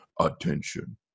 attention